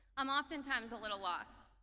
i'm oftentimes a little lost.